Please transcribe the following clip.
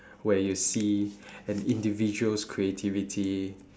where you see an individual's creativity